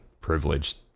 privileged